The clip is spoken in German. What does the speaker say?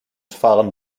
fahren